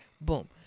Boom